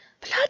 blood